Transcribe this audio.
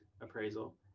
appraisal